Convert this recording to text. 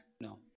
No